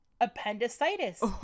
Appendicitis